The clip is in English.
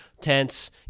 tents